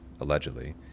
allegedly